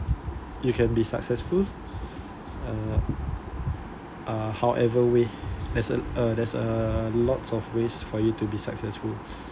you can be successful uh uh however way as a uh there's a lot of ways for you to be successful